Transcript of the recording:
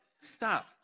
stop